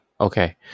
Okay